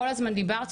כל הזמן דיברתי,